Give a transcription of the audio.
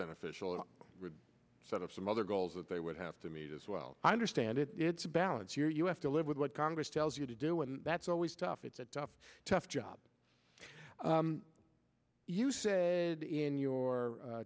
beneficial and sort of some other goals that they would have to meet as well i understand it it's a balance here you have to live with what congress tells you to do and that's always tough it's a tough tough job you said in your